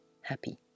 happy